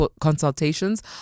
consultations